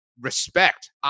Respect